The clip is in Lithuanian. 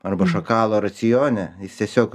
arba šakalo racione tiesiog